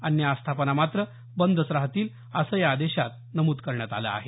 अन्य आस्थापना मात्र बंदच राहतील असं या आदेशात नमूद करण्यात आलं आहे